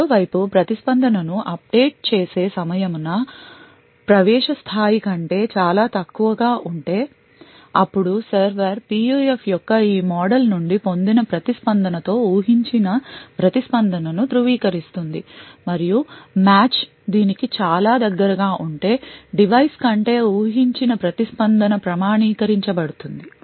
మరో వైపు ప్రతిస్పందన ను అప్డేట్ చేసే సమయము న ప్రవేశ స్థాయి కంటే చాలా తక్కువగా ఉంటే అప్పుడు సర్వర్ PUF యొక్క ఈ మోడల్ నుండి పొందిన ప్రతిస్పందన తో ఉహించిన ప్రతిస్పందన ను ధృవీకరిస్తుంది మరియు మ్యాచ్ దీనికి చాలా దగ్గరగా ఉంటే డివైస్ కంటే ఉహించిన ప్రతిస్పందన ప్రామాణీకరించబడుతుంది